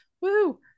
Woo